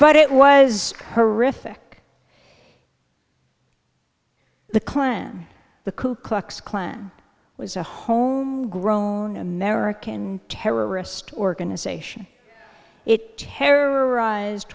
but it was horrific the klan the ku klux klan was a homegrown american terrorist organization it terrorized